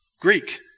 Greek